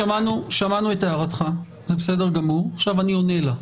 שמענו את הערתך ואני עונה לה,